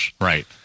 Right